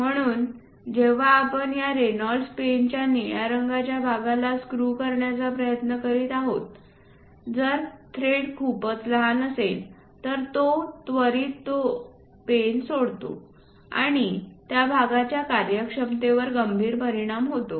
म्हणून जेव्हा आपण या रेनॉल्ड्स पेनच्या निळ्या रंगाच्या भागाला स्क्रू करण्याचा प्रयत्न करीत आहोत जर थ्रेड खूपच लहान असेल तर तो त्वरित तो पेन सोडतो आणि त्या भागाच्या कार्यक्षमतेवर गंभीर परिणाम होतो